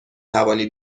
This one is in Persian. توانی